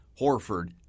Horford